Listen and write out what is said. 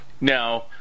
Now